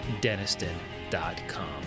Deniston.com